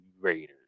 raiders